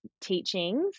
teachings